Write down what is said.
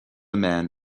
man